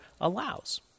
allows